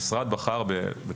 והמשרד בחר פרויקטור באופן זמני,